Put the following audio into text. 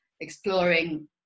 exploring